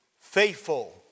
Faithful